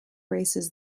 races